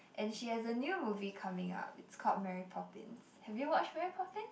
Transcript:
and she has a new movie coming up it's called Mary Poppins have you watched Mary Poppin